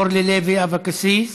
אורלי לוי אבקסיס,